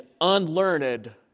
unlearned